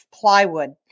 plywood